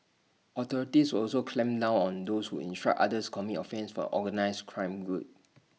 authorities will also clamp down on those who instruct others commit offences for organised crime group